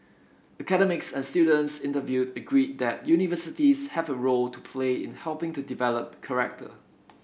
academics and students interviewed agreed that universities have a role to play in helping to develop character